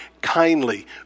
kindly